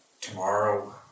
tomorrow